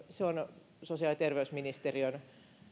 se on sosiaali ja terveysministeriön